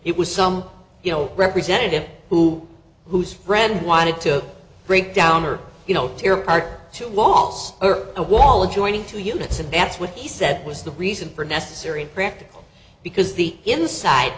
it was some you know representative who whose friend wanted to break down or you know tear apart two walls or a wall adjoining two units and that's what he said was the reason for necessary and practical because the inside